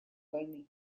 войны